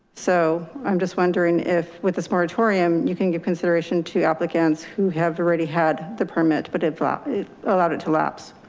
so i'm just wondering if with this moratorium, you can give consideration to applicants who have already had the permit, but it but it allowed it to lapse.